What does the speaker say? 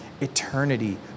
eternity